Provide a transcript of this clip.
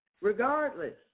regardless